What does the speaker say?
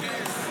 לא.